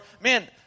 man